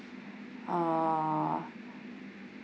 uh